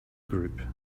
group